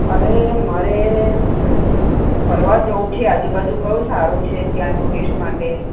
અરે મારે ફરવા જવું છે આજુબાજુ કયું સારું છે ત્યાં ટુરિસ્ટ માટે